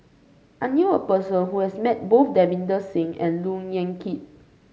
I knew a person who has met both Davinder Singh and Look Yan Kit